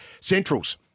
Centrals